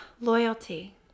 loyalty